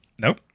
Nope